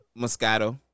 Moscato